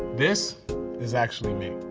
this is actually me.